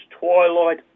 twilight